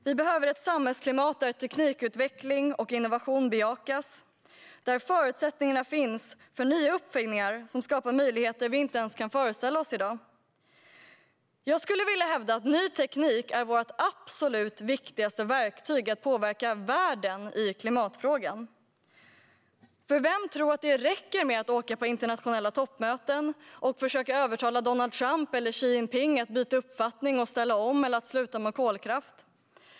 Vi behöver ett samhällsklimat där teknikutveckling och innovation bejakas och där förutsättningarna finns för nya uppfinningar som skapar möjligheter vi inte ens kan föreställa oss i dag. Jag skulle vilja hävda att ny teknik är vårt absolut viktigaste verktyg för att påverka världen i klimatfrågan. Vem tror att det räcker med att åka på internationella toppmöten och försöka övertala Donald Trump eller Xi Jinping att byta uppfattning, ställa om eller sluta med kolkraft?